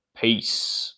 Peace